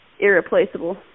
irreplaceable